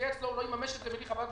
היא פרקטיקה מופרכת לחלוטין,